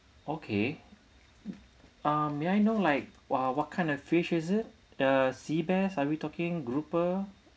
okay uh may I know like uh what kind of fish is it the seabass are we talking grouper